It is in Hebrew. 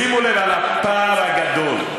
שימו לב לפער הגדול.